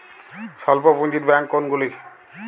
স্বল্প পুজিঁর ব্যাঙ্ক কোনগুলি?